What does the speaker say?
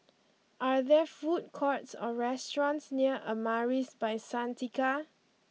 are there food courts or restaurants near Amaris by Santika